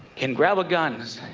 can grab a guns,